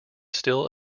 still